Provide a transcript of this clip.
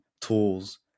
tools